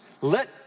let